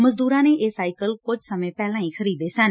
ਮਜ਼ਦੂਰਾਂ ਨੇ ਇਹ ਸਾਈਕਲ ਕੁਝ ਸਮੇਂ ਪਹਿਲਾਂ ਖਰੀਦੇ ਸਨ